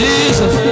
Jesus